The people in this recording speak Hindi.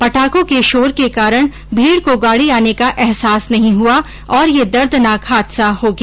पटाखों के शोर के कारण भीड को गाड़ी आने का एहसास नहीं हुआ और ये दर्दनाक हादसा हो गया